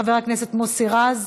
חבר הכנסת מוסי רז,